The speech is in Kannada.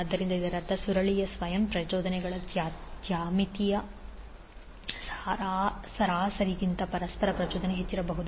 ಆದ್ದರಿಂದ ಇದರರ್ಥ ಸುರುಳಿಯ ಸ್ವಯಂ ಪ್ರಚೋದನೆಗಳ ಜ್ಯಾಮಿತೀಯ ಸರಾಸರಿಗಿಂತ ಪರಸ್ಪರ ಪ್ರಚೋದನೆಯು ಹೆಚ್ಚಿರಬಾರದು